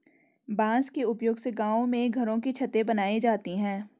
बांस के उपयोग से गांव में घरों की छतें बनाई जाती है